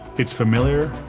it's familiar,